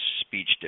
speech